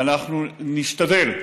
ואנחנו נשתדל,